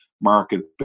market